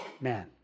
man